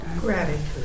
Gratitude